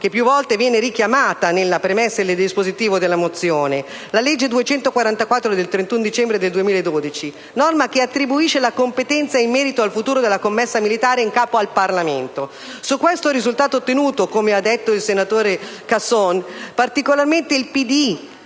che più volte viene richiamata nella premessa e nel dispositivo della mozione: la legge 31 dicembre 2012, n. 244, che attribuisce la competenza in merito al futuro della commessa militare in capo al Parlamento. Il merito di questo risultato - come ha detto il senatore Casson - è in particolare del PD,